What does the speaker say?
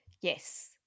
Yes